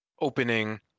opening